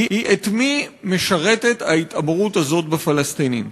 היא את מי משרתת ההתעמרות הזאת בפלסטינים.